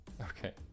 Okay